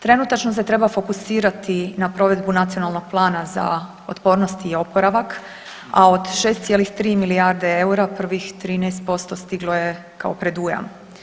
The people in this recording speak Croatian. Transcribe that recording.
Trenutačno se treba fokusirati na provedbu Nacionalnog plana za otpornost i oporavak, a od 6,3 milijarde eura prvih 13% stiglo je kao predujam.